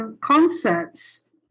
concepts